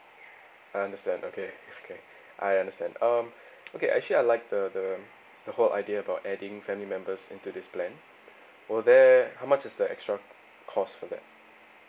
I understand okay okay I understand um okay actually I like the the the whole idea about adding family members into this plan will there how much is the extra cost for that